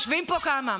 יושבים פה כמה,